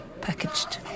packaged